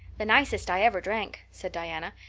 the nicest i ever drank, said diana.